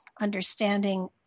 understanding